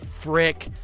frick